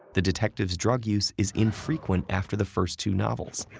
the detective's drug use is infrequent after the first two novels,